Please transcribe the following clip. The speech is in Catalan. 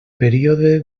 període